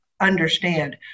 understand